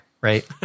right